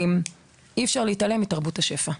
דבר נוסף הוא שאי אפשר להתעלם מתרבות השפע.